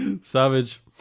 Savage